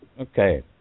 Okay